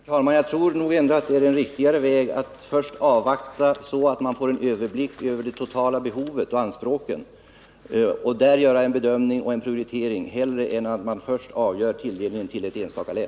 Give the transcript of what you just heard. Herr talman! Jag tror att det ändå är riktigare att avvakta så att man först får en överblick över det totala behovet och anspråken och sedan göra en bedömning och en prioritering än att först avgöra tilldelningen till ett enstaka län.